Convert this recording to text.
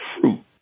fruit